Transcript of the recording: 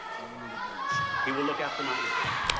i don't need a babysitter. he will look after my interest.